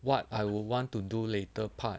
what I would want to do later part